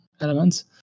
elements